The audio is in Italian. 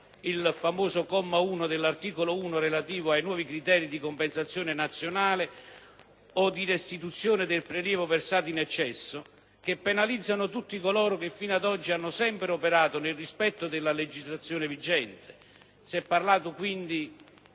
il famoso comma 1 dell'articolo 1 relativo ai nuovi criteri di compensazione nazionale o di restituzione del prelievo versato in eccesso, che penalizzano tutti coloro che fino ad oggi hanno sempre operato nel rispetto della legislazione vigente.